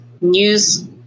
news